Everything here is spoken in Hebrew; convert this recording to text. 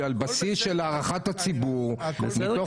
זה ציונים על בסיס של הערכת הציבור מתוך